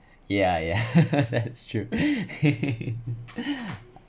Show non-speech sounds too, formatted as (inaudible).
ya ya (laughs) that's true (laughs)